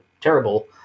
terrible